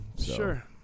Sure